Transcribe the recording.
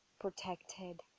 protected